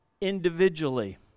individually